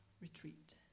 retreat